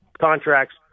contracts